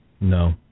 No